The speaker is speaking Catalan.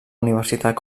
universitat